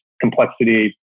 complexity